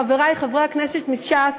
חברי חברי הכנסת מש"ס,